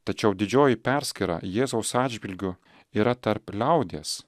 tačiau didžioji perskyra jėzaus atžvilgiu yra tarp liaudies